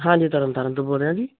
ਹਾਂਜੀ ਤਰਨ ਤਰਨ ਤੋਂ ਬੋਲ ਰਿਹਾ ਜੀ